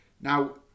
now